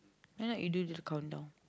why not you do this countdown